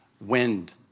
wind